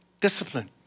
discipline